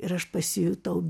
ir aš pasijutau